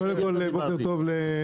קודם כל, בוקר טוב לכולם.